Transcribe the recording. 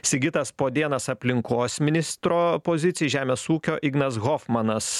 sigitas podėnas aplinkos ministro pozicijai žemės ūkio ignas hofmanas